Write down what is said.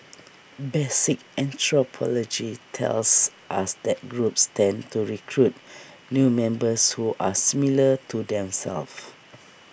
basic anthropology tells us that groups tend to recruit new members who are similar to themselves